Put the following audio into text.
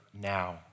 now